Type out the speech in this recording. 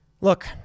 Look